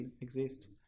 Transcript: exist